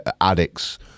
addicts